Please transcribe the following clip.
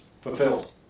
fulfilled